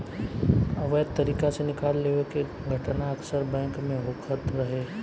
अवैध तरीका से निकाल लेवे के घटना अक्सर बैंक में होखत रहे